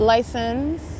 License